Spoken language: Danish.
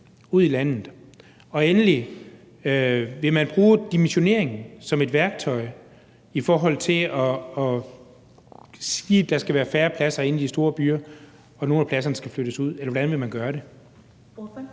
ud i landet? Og endelig: Vil man bruge dimensioneringen som et værktøj i forhold til at sige, at der skal være færre pladser inde i de store byer, og at nogle af pladserne skal flyttes ud? Eller hvordan vil man gøre det?